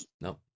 no